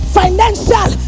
financial